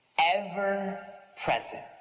ever-present